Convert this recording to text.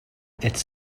its